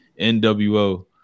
NWO